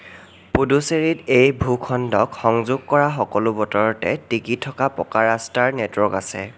পুডুচেৰীত এই ভূখণ্ডক সংযোগ কৰা সকলো বতৰতে টিকি থকা পকা ৰাস্তাৰ নে'টৱৰ্ক আছে